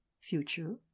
future